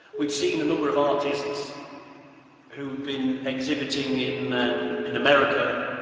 we'd seen a number of artists who had been exhibiting in um in america